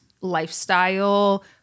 lifestyle